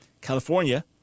California